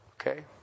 Okay